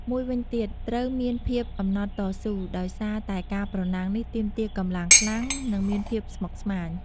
មួយវិញទៀតត្រូវមានភាពអំណត់តស៊ូ ដោយសារតែការប្រណាំងនេះទាមទារកម្លាំងខ្លាំង និងមានភាពស្មុគស្មាញ។